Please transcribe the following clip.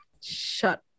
Shut